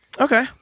Okay